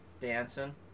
Dancing